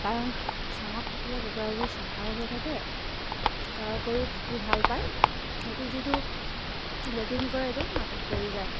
কাৰণ চাঙত থাকিলে কুকুৰাবোৰ চাফাও হৈ থাকে তাৰ উপৰিও থাকি ভাল পায় সিহঁতে যিটো লেট্ৰিন কৰে এইটো মাটিত পৰি যায়